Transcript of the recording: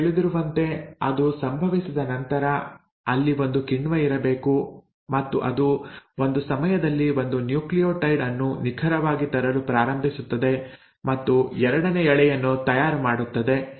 ನಿಮಗೆ ತಿಳಿದಿರುವಂತೆ ಅದು ಸಂಭವಿಸಿದ ನಂತರ ಅಲ್ಲಿ ಒಂದು ಕಿಣ್ವ ಇರಬೇಕು ಮತ್ತು ಅದು ಒಂದು ಸಮಯದಲ್ಲಿ ಒಂದು ನ್ಯೂಕ್ಲಿಯೋಟೈಡ್ ಅನ್ನು ನಿಖರವಾಗಿ ತರಲು ಪ್ರಾರಂಭಿಸುತ್ತದೆ ಮತ್ತು ಎರಡನೇ ಎಳೆಯನ್ನು ತಯಾರು ಮಾಡುತ್ತದೆ